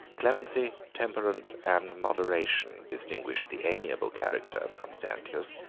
clemency, temperance, and moderation, distinguished the amiable character of constantius,